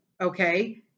okay